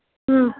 ह्म्